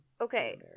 okay